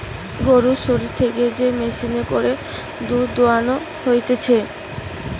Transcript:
গরুর শরীর থেকে যে মেশিনে করে দুধ দোহানো হতিছে